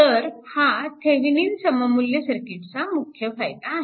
तर हा थेविनिन सममुल्य सर्किटचा मुख्य फायदा आहे